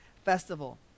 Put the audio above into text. Festival